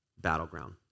battleground